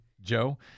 Joe